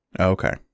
Okay